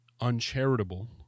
uncharitable